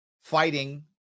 fighting